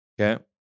Okay